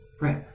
Right